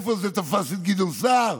איפה זה תפס את גדעון סער,